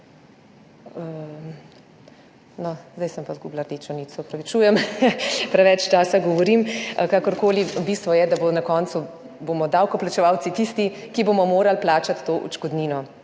zdaj sem pa izgubila rdečo nit, se opravičujem, preveč časa govorim. Kakorkoli, bistvo je, da bomo na koncu davkoplačevalci tisti, ki bomo morali plačati to odškodnino.